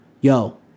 Yo